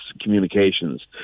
communications